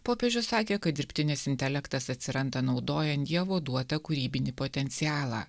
popiežius sakė kad dirbtinis intelektas atsiranda naudojant dievo duotą kūrybinį potencialą